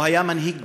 הוא היה מנהיג דגול,